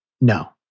no